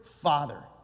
father